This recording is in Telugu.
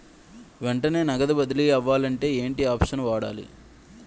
వెంటనే నగదు బదిలీ అవ్వాలంటే ఏంటి ఆప్షన్ వాడాలి?